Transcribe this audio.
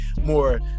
more